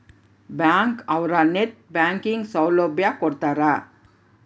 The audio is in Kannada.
ಬ್ಯಾಂಕ್ ಅವ್ರು ನೆಟ್ ಬ್ಯಾಂಕಿಂಗ್ ಸೌಲಭ್ಯ ಕೊಡ್ತಾರ